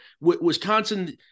Wisconsin